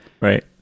Right